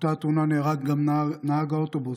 באותה תאונה נהרג גם נהג האוטובוס,